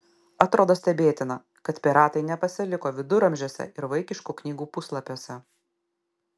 atrodo stebėtina kad piratai nepasiliko viduramžiuose ir vaikiškų knygų puslapiuose